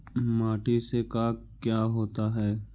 माटी से का क्या होता है?